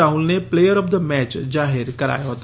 રાહુલને player of the match જાહેર કરાયો હતો